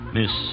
Miss